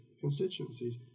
constituencies